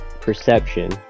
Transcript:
perception